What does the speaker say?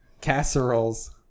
Casseroles